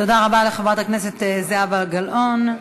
תודה רבה לחברת הכנסת זהבה גלאון.